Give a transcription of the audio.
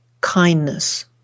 kindness